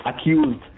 accused